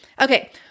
Okay